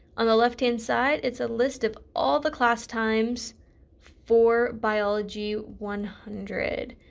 on the left hand side it's a list of all the class times for biology one hundred.